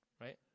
Right